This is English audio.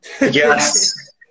Yes